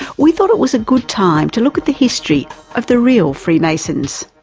we thought it was a good time to look at the history of the real freemasons.